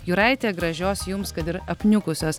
jūraitė gražios jums kad ir apniukusios